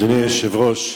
אדוני היושב-ראש,